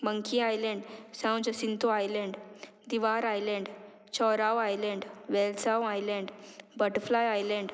monkey island Sao Jacinto island Divar island Chorao island Velsao island butterfly island